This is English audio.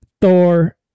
Thor